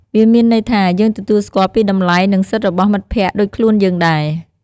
វាមានន័យថា យើងទទួលស្គាល់ពីតម្លៃ និងសិទ្ធិរបស់មិត្តភក្តិដូចខ្លួនយើងដែរ។